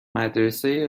مدرسه